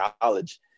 college